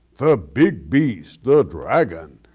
the big beast, the dragon,